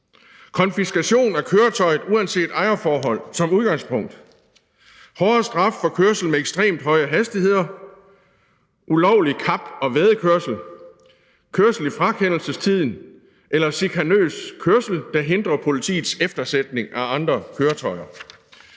konfiskation af køretøjet uanset ejerforhold som udgangspunkt; hårdere straf for kørsel med ekstremt høje hastigheder, ulovlig kap- og væddekørsel, kørsel i frakendelsestiden eller chikanøs kørsel, der hindrer politiets eftersætning af andre køretøjer.